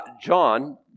John